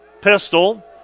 pistol